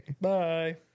Bye